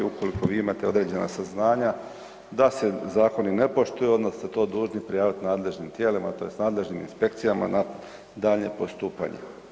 Ukoliko vi imate određena saznanja da se zakoni ne poštuju onda ste to dužni prijaviti nadležnim tijelima tj. nadležnim inspekcijama na daljnje postupanje.